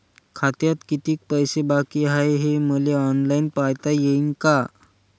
खात्यात कितीक पैसे बाकी हाय हे मले ऑनलाईन पायता येईन का?